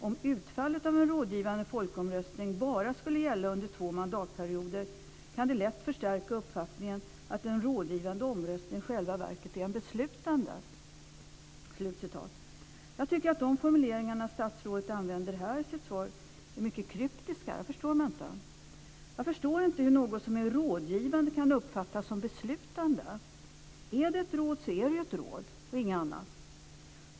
Om utfallet av en rådgivande folkomröstning bara skulle gälla under två mandatperioder kan det lätt förstärka uppfattningen att en rådgivande omröstning i själva verket är beslutande." Jag tycker att de formuleringar som statsrådet använder i sitt svar är mycket kryptiska. Jag förstår dem inte. Jag förstår inte hur något som är rådgivande kan uppfattas som beslutande. Är det ett råd, så är det ett råd och ingenting annat.